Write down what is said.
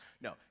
No